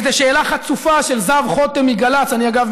איזה שאלה חצופה של זב חוטם מגל"צ" אני אגב,